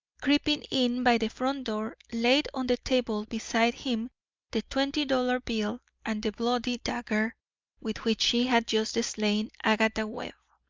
creeping in by the front door, laid on the table beside him the twenty-dollar bill and the bloody dagger with which she had just slain agatha webb.